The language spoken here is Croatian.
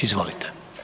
Izvolite.